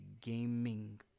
gaming